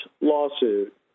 lawsuit